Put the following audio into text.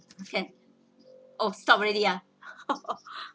can oh stopped already ah